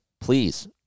Please